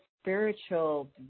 spiritual